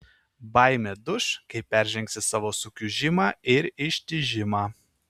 baimė duš kai peržengsi savo sukiužimą ir ištižimą